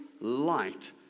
light